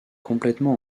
complètement